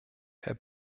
herr